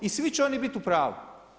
I svi će oni biti u pravu.